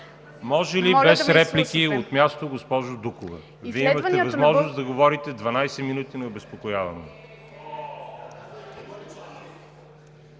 Може ли без реплики от място, госпожо Дукова. Вие имахте възможност да говорите 12 минути необезпокоявана.